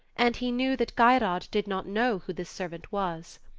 and he knew that geirrod did not know who this servant was.